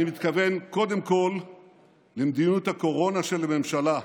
אני מתכוון קודם כול למדיניות הקורונה של הממשלה.